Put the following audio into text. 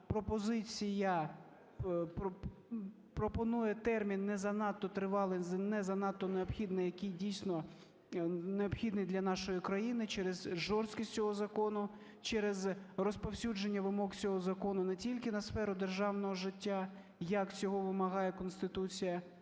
пропозиція пропонує термін не занадто тривалий, не занадто необхідний, який дійсно необхідний для нашої країни через жорсткість цього закону, через розповсюдження вимог цього закону не тільки на сферу державного життя, як цього вимагає Конституція,